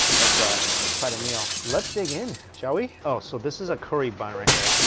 it's a quite a meal. let's dig in shall we? oh so this is a curry bun right here,